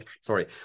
sorry